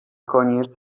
koniec